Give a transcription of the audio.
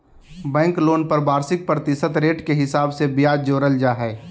bank loan पर वार्षिक प्रतिशत रेट के हिसाब से ब्याज जोड़ल जा हय